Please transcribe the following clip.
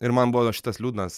ir man būdavo šitas liūdnas